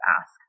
ask